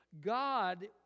God